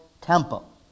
temple